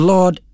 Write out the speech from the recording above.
Lord